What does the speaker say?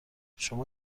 شما